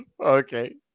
Okay